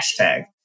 hashtag